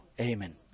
Amen